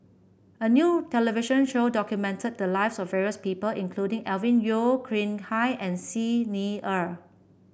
a new television show documented the lives of various people including Alvin Yeo Khirn Hai and Xi Ni Er